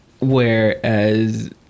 Whereas